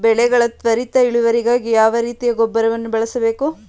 ಬೆಳೆಗಳ ತ್ವರಿತ ಇಳುವರಿಗಾಗಿ ಯಾವ ರೀತಿಯ ಗೊಬ್ಬರವನ್ನು ಬಳಸಬೇಕು?